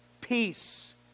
peace